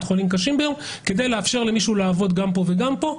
חולים קשים ביום כדי לאפשר למישהו לעבוד גם פה וגם פה.